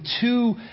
two